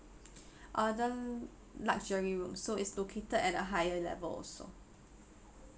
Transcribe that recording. uh the luxury room so it's located at a higher level also